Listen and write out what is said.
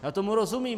Já tomu rozumím.